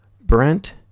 Brent